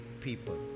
people